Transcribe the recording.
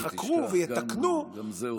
אל תשכח, גם את זה עושים.